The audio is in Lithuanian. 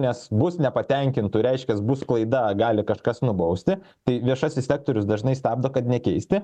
nes bus nepatenkintų reiškiasi bus klaida gali kažkas nubausti tai viešasis sektorius dažnai stabdo kad nekeisti